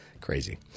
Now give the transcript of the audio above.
Crazy